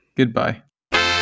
goodbye